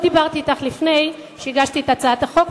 שלא דיברתי אתך לפני שהגשתי את הצעת החוק,